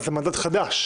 שזה מדד חדש.